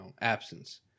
absence